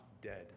dead